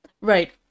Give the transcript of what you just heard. Right